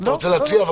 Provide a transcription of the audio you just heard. אתה רוצה להציע?